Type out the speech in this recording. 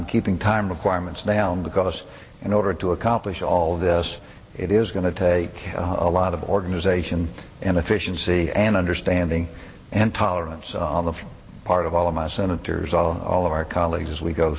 and keeping time requirements down because in order to accomplish all of this it is going to take a lot of organization and efficiency and understanding and tolerance on the part of all of my senators all all of our colleagues as we go